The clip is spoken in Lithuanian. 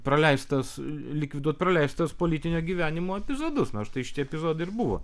praleistas likviduot praleistas politinio gyvenimo epizodus na štai šitie epizodai ir buvo